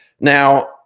now